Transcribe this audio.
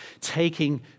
taking